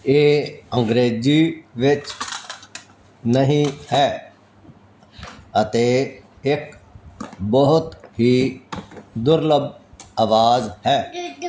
ਇਹ ਅੰਗਰੇਜ਼ੀ ਵਿੱਚ ਨਹੀਂ ਹੈ ਅਤੇ ਇੱਕ ਬਹੁਤ ਹੀ ਦੁਰਲੱਭ ਆਵਾਜ਼ ਹੈ